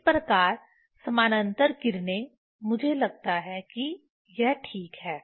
इस प्रकार समानांतर किरणें मुझे लगता है कि यह ठीक है